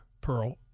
Pearl